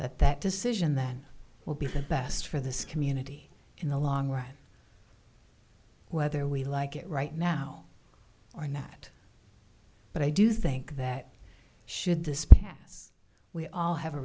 that that decision that will be the best for this community in the long run whether we like it right now or not but i do think that should this be we all have a